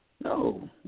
no